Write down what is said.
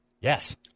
Yes